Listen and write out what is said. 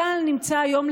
צה"ל נמצא היום,